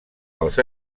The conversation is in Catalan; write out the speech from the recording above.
pels